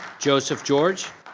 joseph george?